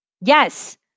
Yes